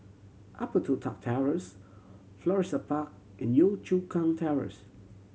Upper Toh Tuck Terrace Florissa Park and Yio Chu Kang Terrace